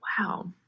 Wow